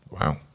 Wow